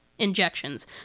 Injections